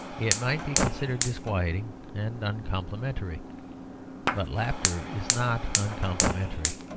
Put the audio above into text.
it might be considered disquieting and uncomplimentary but laughter is not uncomplimentary.